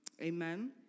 Amen